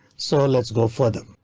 so let's go further.